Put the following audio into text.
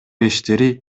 иштери